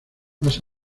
más